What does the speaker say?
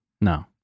no